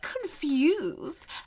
confused